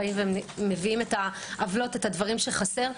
מביאים את העוולות ואת הדברים שחסר,